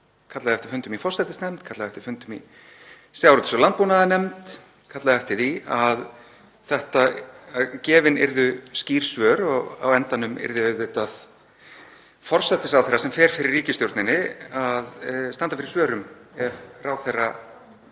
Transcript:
kallaði eftir fundum í forsætisnefnd, kallaði eftir fundum í sjávarútvegs- og landbúnaðarnefnd, kallaði eftir því að gefin yrðu skýr svör og á endanum yrði auðvitað forsætisráðherra sem fer fyrir ríkisstjórninni að standa fyrir svörum ef ráðherra